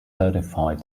certified